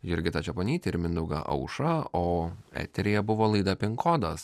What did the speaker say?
jurgitą čeponytę ir mindaugą aušrą o eteryje buvo laida pin kodas